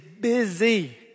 busy